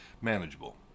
manageable